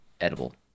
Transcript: edible